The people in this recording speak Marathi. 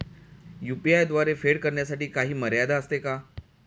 यु.पी.आय द्वारे फेड करण्यासाठी काही मर्यादा असते का?